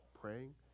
praying